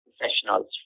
professionals